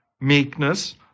meekness